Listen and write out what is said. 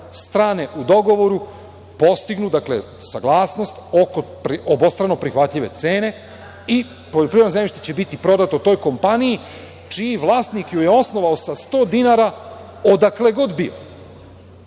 strane u dogovoru postignu, dakle, saglasnost oko obostrano prihvatljive cene i poljoprivredno zemljište će biti prodato toj kompaniji čiji vlasnik ju je osnovao sa 100 dinara, odakle god bio.